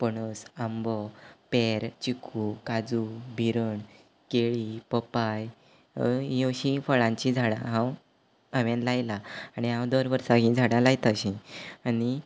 पणस आंबो पेर चिकू काजू भिरण केळीं पोपाय हीं अशीं फळांचीं झाडां हांव हांवेन लायला आनी हांव दर वर्सां हीं झाडां लायता अशीं आनी